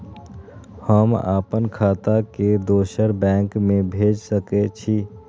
हम आपन खाता के दोसर बैंक में भेज सके छी?